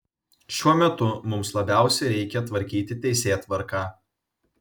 šiuo metu mums labiausiai reikia tvarkyti teisėtvarką